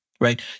right